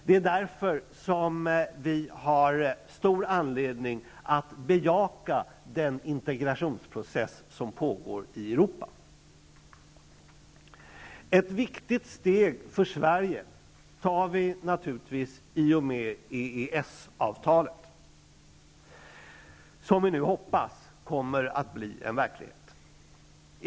Det är därför som vi har stor anledning att bejaka den integrationsprocess som pågår i Europa. Ett viktigt steg för Sverige tar vi naturligtvis i och med EES-avtalet, som vi nu hoppas kommer att bli verklighet.